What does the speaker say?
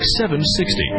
760